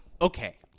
Okay